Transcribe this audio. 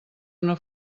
una